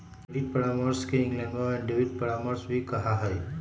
credit परामर्श के इंग्लैंडवा में डेबिट परामर्श भी कहा हई